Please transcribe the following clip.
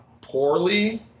poorly